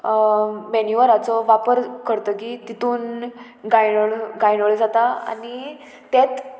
मॅन्युअवराचो वापर करतगीर तितून गायडोळ गायडोळ जाता आनी तेंत